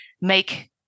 Make